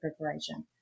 preparation